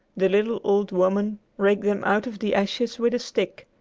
the little old woman raked them out of the ashes with a stick,